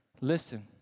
Listen